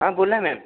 हा बोला मॅम